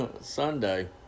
Sunday